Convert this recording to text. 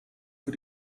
für